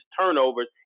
turnovers